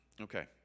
okay